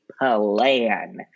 plan